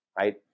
right